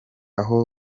abaho